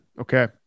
okay